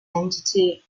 entity